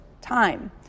time